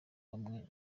bamwe